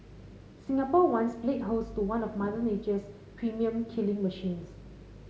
Singapore once played host to one of Mother Nature's premium killing machines